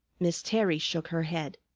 miss terry shook her head.